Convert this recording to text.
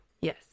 Yes